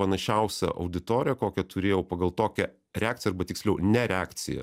panašiausia auditorija kokią turėjau pagal tokią reakciją arba tiksliau nereakciją